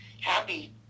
happy